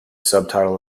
subtitle